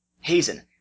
Hazen